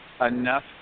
enough